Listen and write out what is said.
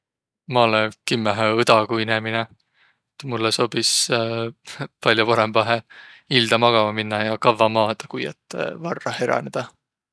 Ma olõ kimmähe õdaguinemine. Et mullõ sobis pall'o parõmbahe ilda magama minnäq ja kavva maadaq, kui et varra heränedäq.